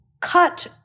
cut